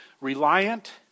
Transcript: reliant